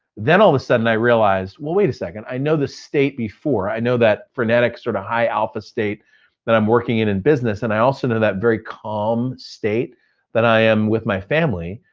then all of a sudden i realized, well, wait a second, i know the state before, i know that frenetic, sort of high alpha state that i'm working in in business and i also know that very calm state that i am with my family.